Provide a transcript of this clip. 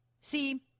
See